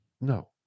no